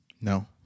No